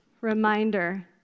reminder